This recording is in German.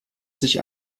sich